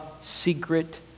secret